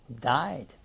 died